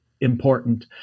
important